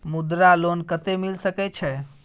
मुद्रा लोन कत्ते मिल सके छै?